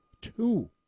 two